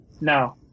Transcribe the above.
No